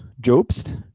Jobst